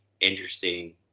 interesting